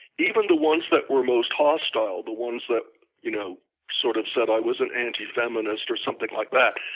even the ones that were most hostile, the ones that you know sort of said i was an anti-feminist or something like that,